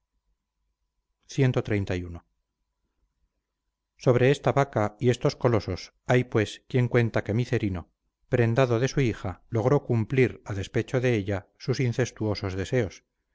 ellas cxxxi sobre esta vaca y estos colosos hay pues quien cuenta que micerino prendado de su hija logró cumplir a despecho de ella sus incestuosos deseos